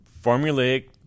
formulaic